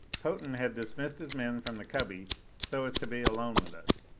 potan had dismissed his men from the cubby so as to be alone with us.